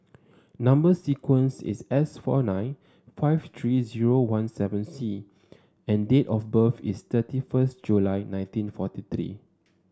number sequence is S four nine five three zero one seven C and date of birth is thirty first July nineteen forty three